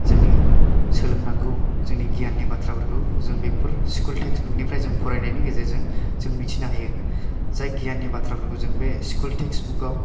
जोंनि सोलोंनांगौ जोंनि गियाननि बाथ्राफोरखौ जों बेफोर स्कुल टेक्सटबुक निफ्राय जों फरायनायनि गेजेरजों जों मिथिनो हायो जाय गियाननि बाथ्राफोरखौ जों बे स्कुल टेक्सटबुक आव